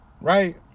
Right